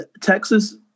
Texas